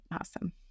Awesome